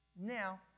Now